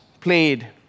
played